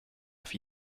auf